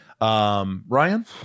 Ryan